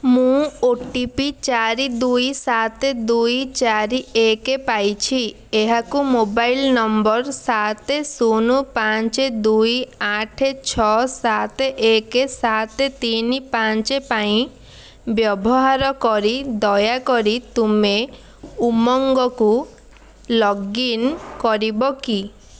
ମୁଁ O T P ଚାରି ଦୁଇ ସାତ ଦୁଇ ଚାରି ଏକ ପାଇଛି ଏହାକୁ ମୋବାଇଲ୍ ନମ୍ବର ସାତ ଶୂନ ପାଞ୍ଚ ଦୁଇ ଆଠ ଛଅ ସାତ ଏକ ସାତ ତିନି ପାଞ୍ଚ ପାଇଁ ବ୍ୟବହାର କରି ଦୟାକରି ତୁମେ ଉମଙ୍ଗକୁ ଲଗ୍ଇନ୍ କରିବ କି